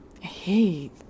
Hey